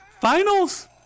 finals